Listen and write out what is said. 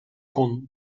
kon